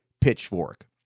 Pitchfork